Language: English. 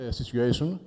situation